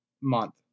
month